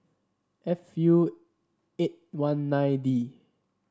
F U eight one nine D